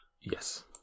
Yes